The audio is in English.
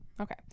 Okay